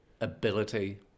ability